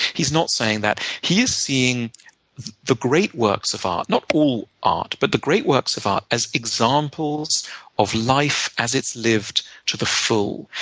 he's not saying that. he is seeing the great works of art not all art, but the great works of art as examples of life as it's lived to the full.